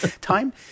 Time